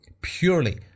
purely